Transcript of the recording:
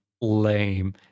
lame